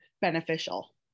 beneficial